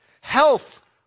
Health